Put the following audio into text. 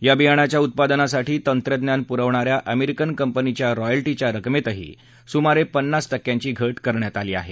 या बियाणाच्या उत्पादनासाठी तंत्रज्ञान पुरवणाऱ्या अमेरिकन कंपनीच्या रॉयल्टीच्या रकमेतही सुमारे पन्नास टक्क्यांची घट करण्यात आली आहे